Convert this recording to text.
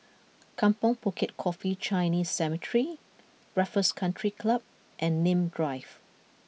Kampong Bukit Coffee Chinese Cemetery Raffles Country Club and Nim Drive